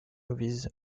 movies